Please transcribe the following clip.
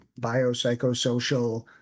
biopsychosocial